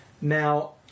Now